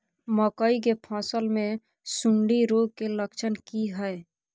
मकई के फसल मे सुंडी रोग के लक्षण की हय?